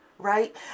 right